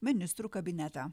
ministrų kabinetą